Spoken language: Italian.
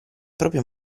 proprio